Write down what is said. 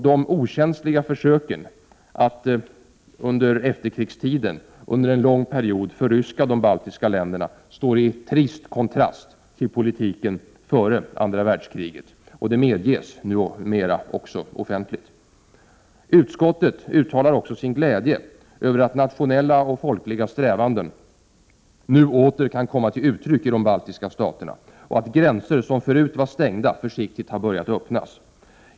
De okänsliga försöken under efterkrigstiden att under en lång period förryska de baltiska länderna står i trist kontrast till politiken före andra världskriget, och det medges numera också offentligt. Utskottet uttalar sin glädje över att nationella och folkliga strävanden nu åter kan komma till uttryck i de baltiska staterna och att gränser som förut var stängda försiktigt har börjat öppnas.